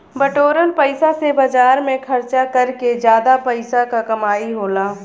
बटोरल पइसा से बाजार में खरचा कर के जादा पइसा क कमाई होला